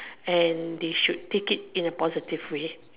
and they should take it in a positive way